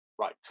Right